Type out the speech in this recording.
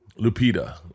Lupita